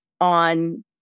on